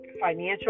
financial